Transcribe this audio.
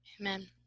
amen